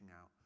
out